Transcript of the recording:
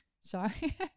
sorry